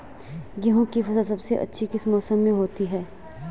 गेहूँ की फसल सबसे अच्छी किस मौसम में होती है